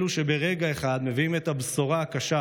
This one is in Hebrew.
אלה שברגע אחד מביאים את הבשורה הקשה,